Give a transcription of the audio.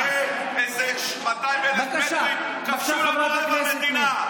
ונראה איזה 200,000 בדואים כבשו לנו רבע מדינה,